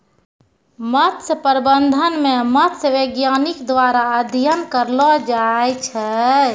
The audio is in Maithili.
मत्स्य प्रबंधन मे मत्स्य बैज्ञानिक द्वारा अध्ययन करलो जाय छै